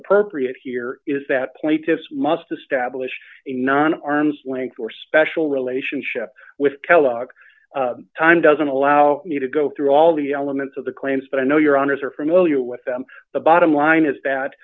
appropriate here is that pointis must establish a non arm's length or special relationship with kellogg time doesn't allow me to go through all the elements of the claims but i know your honour's are familiar with them the bottom line is